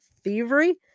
thievery